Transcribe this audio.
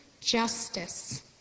justice